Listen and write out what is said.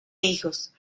hijos